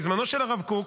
מזמנו של הרב קוק,